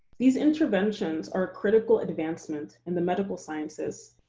these interventions are critical advancement in the medical sciences.